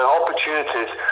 opportunities